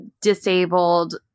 disabled